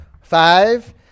Five